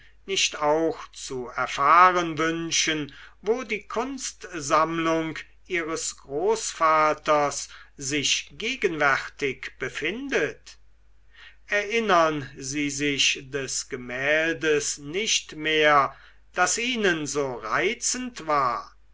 nicht auch zu erfahren wünschen wo die kunstsammlung ihres großvaters sich gegenwärtig befindet erinnern sie sich des gemäldes nicht mehr das ihnen so reizend war